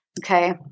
Okay